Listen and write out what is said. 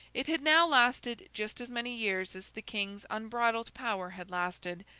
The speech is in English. it had now lasted just as many years as the king's unbridled power had lasted,